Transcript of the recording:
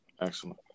Excellent